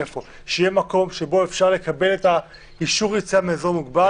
שיהיה מקום שבו אפשר לקבל את אישור היציאה מהאזור המוגבל,